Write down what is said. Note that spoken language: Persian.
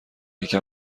یکم